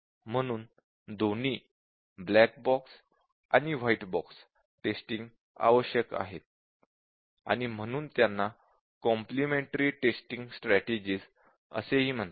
म्हणून दोन्ही black box आणि व्हाईट बॉक्स टेस्टिंग आवश्यक आहेत आणि त्यांना कॉम्प्लिमेंटरी टेस्टिंग स्ट्रॅटेजिज म्हणतात